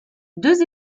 deux